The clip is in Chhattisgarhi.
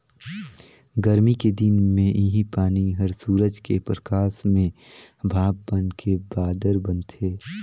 गरमी के दिन मे इहीं पानी हर सूरज के परकास में भाप बनके बादर बनथे